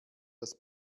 das